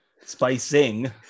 Spicing